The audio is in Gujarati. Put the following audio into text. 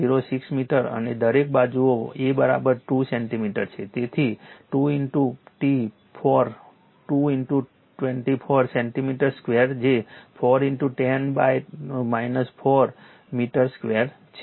06 મીટર અને દરેક બાજુઓ A 2 સેન્ટિમીટર છે તેથી 2 t 4 2 2 4 સેન્ટિમીટર સ્ક્વેર જે 4 10 4 મીટર સ્ક્વેર છે